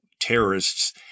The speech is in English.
terrorists